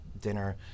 dinner